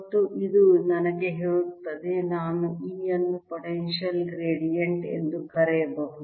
ಮತ್ತು ಇದು ನನಗೆ ಹೇಳುತ್ತದೆ ನಾನು E ಅನ್ನು ಪೊಟೆನ್ಶಿಯಲ್ ಗ್ರೇಡಿಯಂಟ್ ಎಂದು ಬರೆಯಬಹುದು